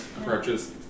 approaches